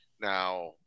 Now